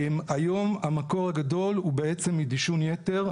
היום המקור הגדול הוא בעצם מדישון יתר.